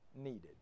needed